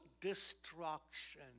destruction